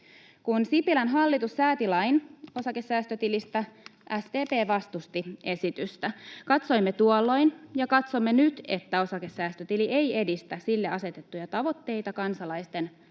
Kun Sipilän hallitus sääti lain osakesäästötilistä, SDP vastusti esitystä. Katsoimme tuolloin ja katsomme nyt, että osakesäästötili ei edistä sille asetettuja tavoitteita kansalaisten